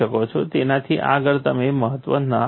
તેનાથી આગળ તમે મહત્વ ન આપી શકો